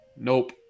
Nope